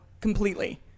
completely